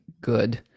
good